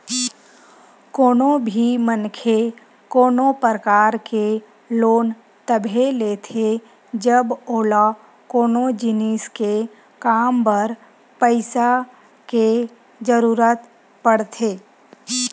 कोनो भी मनखे कोनो परकार के लोन तभे लेथे जब ओला कोनो जिनिस के काम बर पइसा के जरुरत पड़थे